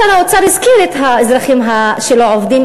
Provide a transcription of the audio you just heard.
שר האוצר הזכיר את האזרחים שלא עובדים,